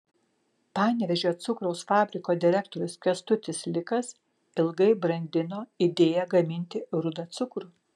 panevėžio cukraus fabriko direktorius kęstutis likas ilgai brandino idėją gaminti rudą cukrų